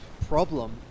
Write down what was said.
problem